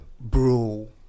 Bro